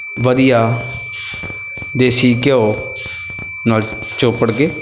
ਵਧੀਆ ਦੇਸੀ ਘਿਓ ਨਾਲ ਚੋਪੜ ਕੇ